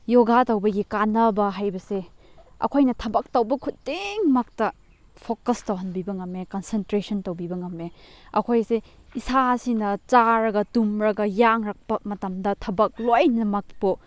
ꯌꯣꯒꯥ ꯇꯧꯕꯒꯤ ꯀꯥꯟꯅꯕ ꯍꯥꯏꯕꯁꯦ ꯑꯩꯈꯣꯏꯅ ꯊꯕꯛ ꯇꯧꯕ ꯈꯨꯗꯤꯡꯃꯛꯇ ꯐꯣꯀꯁ ꯇꯧꯍꯟꯕꯤꯕ ꯉꯝꯃꯦ ꯀꯟꯁꯦꯟꯇ꯭ꯔꯦꯁꯟ ꯇꯧꯕꯤꯕ ꯉꯝꯃꯦ ꯑꯩꯈꯣꯏꯁꯦ ꯏꯁꯥꯁꯤꯅ ꯆꯥꯔꯒ ꯇꯨꯝꯂꯒ ꯌꯥꯡꯔꯛꯄ ꯃꯇꯝꯗ ꯊꯕꯛ ꯂꯣꯏꯅꯃꯛꯄꯨ